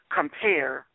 compare